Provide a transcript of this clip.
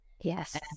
Yes